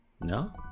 No